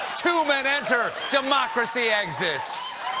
two men enter. democracy exits.